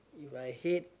If I hate